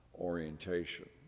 orientation